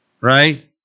right